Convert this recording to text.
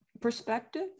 perspective